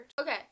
Okay